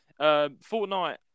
Fortnite